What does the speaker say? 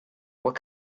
what